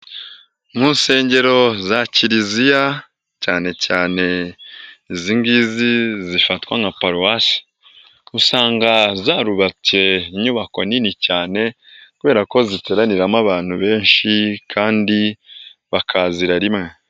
Mu nsengero za Kiliziya cyane cyane izi ngizi zifatwa nka paruwasi, usanga zarubatse inyubako nini cyane, kubera ko ziteraniramo abantu benshi kandi bakazira rimwe.